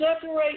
Separate